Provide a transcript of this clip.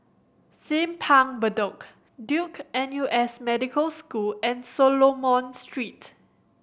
Simpang Bedok Duke N U S Medical School and Solomon Street